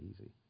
easy